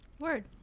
Word